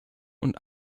und